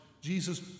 Jesus